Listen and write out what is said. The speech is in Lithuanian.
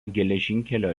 geležinkelio